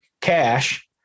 cash